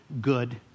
good